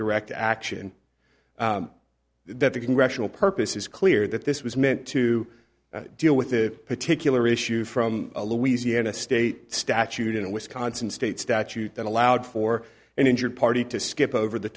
direct action that the congressional purpose is clear that this was meant to deal with the particular issue from a louisiana state statute in wisconsin state statute that allowed for an injured party to skip over the